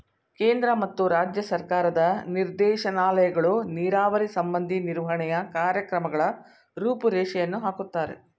ಕೇಂದ್ರ ಮತ್ತು ರಾಜ್ಯ ಸರ್ಕಾರದ ನಿರ್ದೇಶನಾಲಯಗಳು ನೀರಾವರಿ ಸಂಬಂಧಿ ನಿರ್ವಹಣೆಯ ಕಾರ್ಯಕ್ರಮಗಳ ರೂಪುರೇಷೆಯನ್ನು ಹಾಕುತ್ತಾರೆ